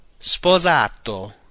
Sposato